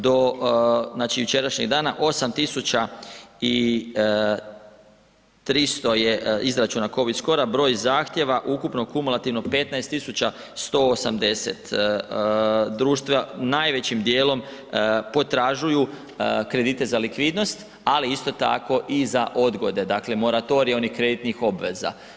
Do, znači jučerašnjeg dana, 8 300 je izračuna COVID score-a, broj zahtjeva ukupno kumulativno 15 180, društva najvećim dijelom potražuju kredite za likvidnost, ali isto tako i za odgode, dakle moratoriji onih kreditnih obveza.